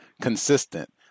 Consistent